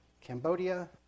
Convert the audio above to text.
Cambodia